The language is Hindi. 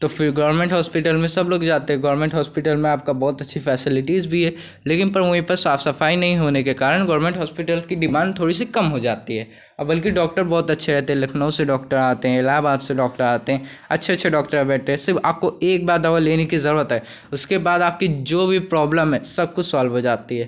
तो फिर गोरमेंट होस्पिटल में सब लोग जाते हैं गोरमेंट होस्पिटल में आपका बहुत अच्छी फेसलिटीज़ भी हैं लेकिन पर वहीं पर साफ सफाई नहीं होने के कारण गोरमेंट होस्पिटल की डिमांड थोड़ी सी कम हो जाती है बल्की डॉक्टर बहुत अच्छे रहते हैं लखनऊ से डॉक्टर आते हैं इलहाबाद से डॉक्टर आते हैं अच्छे अच्छे डॉक्टर बैठते है सिर्फ आपको एक बार दवा लेने की ज़रूरत है उसके बाद आपकी जो भी प्रॉब्लम है सब कुछ सोल्व हो जाती है